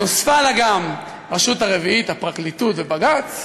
נוספה לה גם הרשות הרביעית, הפרקליטות ובג"ץ,